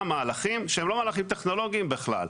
מהלכים שהם לא מהלכים טכנולוגיים בכלל,